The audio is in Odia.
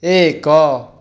ଏକ